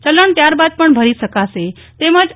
ચલણ ત્યારબાદ પણ ભરી શકાશે તેમજ તા